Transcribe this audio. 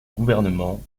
gouvernement